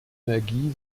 energie